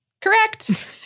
correct